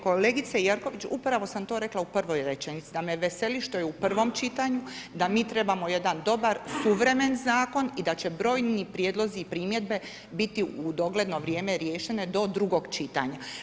Kolegice Jerković, upravo sam to rekla u prvoj rečenici, da me veseli što je u prvom čitanju, da mi trebamo jedan dobar suvremen zakon i da će brojni prijedlozi i primjedbe biti u dogledno vrijeme riješene do drugog čitanja.